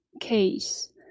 case